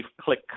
click